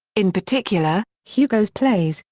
in particular, hugo's plays,